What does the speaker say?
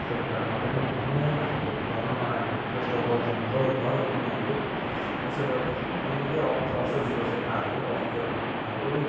फ्लिपकार्टमा पनि भनेँ अनि धन्न उहाँहरूले रिप्लेस त गरिदिनुभयो तर पनि अब त्यसो गर्दाखेरि मलाई निकै अ असजिलो चाहिँ पाऱ्यो अप्ठ्यारो पनि पाऱ्यो